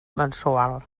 mensual